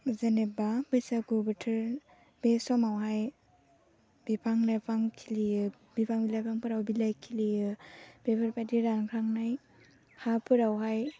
जेनेबा बैसागु बोथोर बे समावहाय बिफां लाइफां खिलियो बिफां लाइफांफोराव बिलाइ खिलियो बेफोर बायदि रानखांनाय हा फोरावहाय